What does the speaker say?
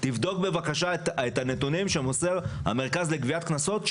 תבדוק בבקשה את הנתונים שמוסר המרכז לגביית קנסות,